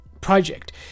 project